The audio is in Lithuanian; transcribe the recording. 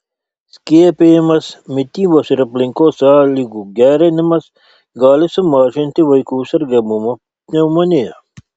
skiepijimas mitybos ir aplinkos sąlygų gerinimas gali sumažinti vaikų sergamumą pneumonija